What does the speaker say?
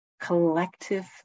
collective